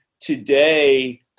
today